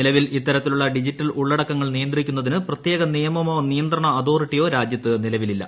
നിലവിൽ ഇത്തരത്തിലുള്ള ഡിജിറ്റൽ ഉള്ളടക്കങ്ങൾ നിയന്ത്രിക്കുന്നതിന് പ്രത്യേക നിയമമോ നിയന്ത്രണ അതോറിറ്റിയോ രാജ്യത്ത് നിലവിലില്ല